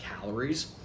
calories